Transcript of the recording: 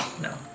No